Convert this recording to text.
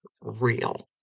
real